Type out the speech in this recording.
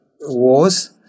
wars